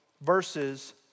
verses